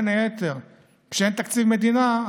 כשאין תקציב מדינה,